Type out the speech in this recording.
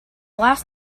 last